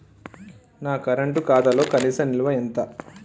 నా కరెంట్ ఖాతాలో కనీస నిల్వ ఎంత?